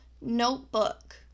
notebook